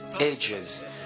ages